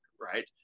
right